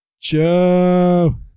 Joe